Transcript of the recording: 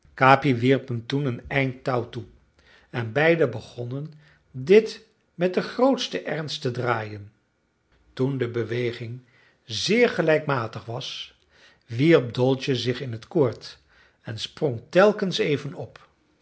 capi wierp hem toen een eind touw toe en beiden begonnen dit met met den grootsten ernst te draaien toen de beweging zeer gelijkmatig was wierp dolce zich in het koord en sprong telkens even op